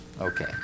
Okay